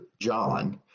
John